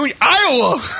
Iowa